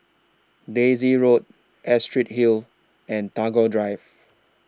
Daisy Road Astrid Hill and Tagore Drive